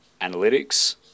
Analytics